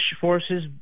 forces